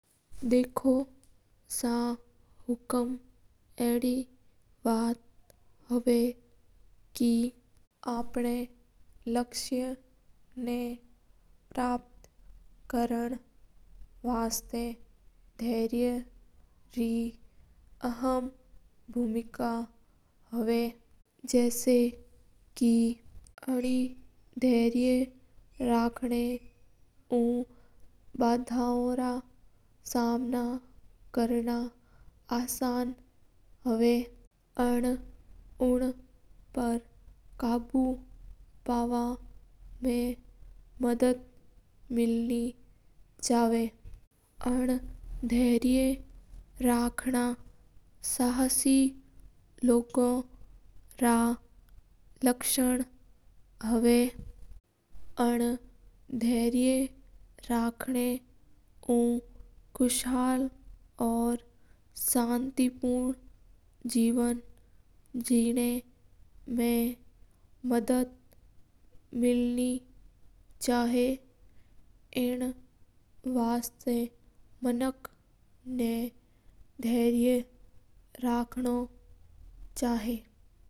देखो सा हुकूम अपना लक्ष्य रा प्राप्ति वास्ता धैर्य रे आम भूमिका ह्वा धैर्य राख ना ऊ काई बड़ा असम फाकर नामा आसानी हो जवा हा। धैर्य राख ना ऊ ससी लोगा रो नाम होव हा और धैर्य राख ना ऊ जीवन जेना मा मदद मिला हा।